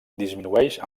disminueix